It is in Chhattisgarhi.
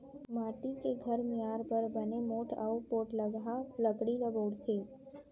माटी के घर मियार बर बने मोठ अउ पोठलगहा लकड़ी ल बउरथे